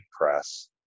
press